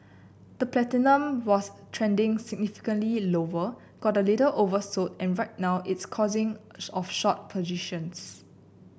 the platinum was trending significantly lower got a little oversold and right now it's causing of short positions